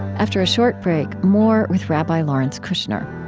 after a short break, more with rabbi lawrence kushner.